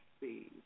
see